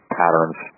patterns